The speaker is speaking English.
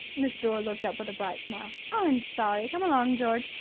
miss dore looked up with a bright smile. i'm sorry. come along, george.